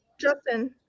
Justin